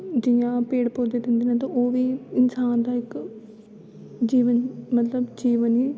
जि'यां पेड़ पौधे दिंदे न ते ओह् बी इंसान दा इक जीवन मतलब जीवन